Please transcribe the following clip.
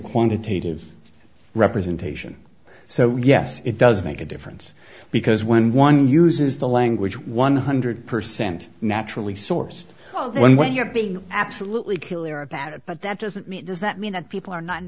quantitative representation so yes it does make a difference because when one uses the language one hundred percent naturally source code when you're being absolutely killer about it but that doesn't mean does that mean that people are not